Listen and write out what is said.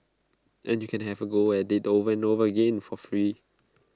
and you can have A go at IT over and over again for free